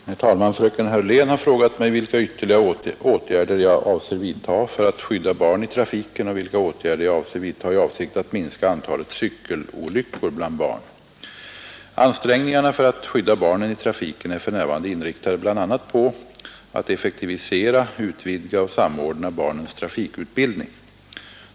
Herr talman! Fröken Hörlén har frågat mig vilka ytterligare åtgärder jag avser vidtaga för att skydda barn i trafiken och vilka åtgärder jag avser vidtaga i avsikt att minska antalet cykelolyckor bland barn. Ansträngningarna för att skydda barnen i trafiken är för närvarande inriktade bl.a. på att effektivisera, utvidga och samordna barnens trafikutbildning.